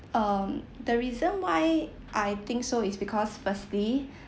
um the reason why I think so is because firstly